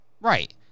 Right